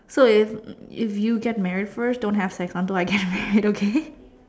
so if if you get married first don't have sex until I get married okay